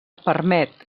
permet